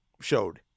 showed